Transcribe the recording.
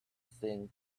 sing